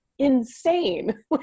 Insane